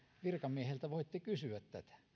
virkamieheltä voitte kysyä